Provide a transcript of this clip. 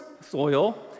soil